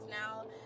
now